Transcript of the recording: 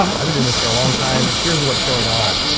i've been doing this for a long time. here's what's going on.